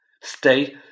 Stay